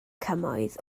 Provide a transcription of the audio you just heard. cymoedd